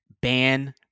ban